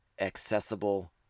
accessible